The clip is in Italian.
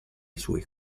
suoi